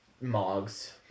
mogs